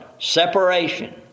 separation